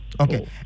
Okay